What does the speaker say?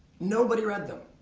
nobody read them.